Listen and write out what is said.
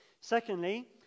Secondly